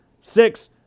Six